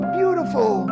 beautiful